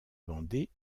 vendée